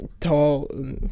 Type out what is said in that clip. Tall